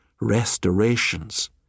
restorations